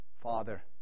Father